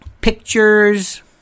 pictures